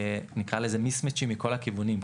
נקרא לזה משמשים מכל הכיוונים,